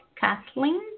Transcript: Kathleen